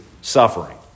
suffering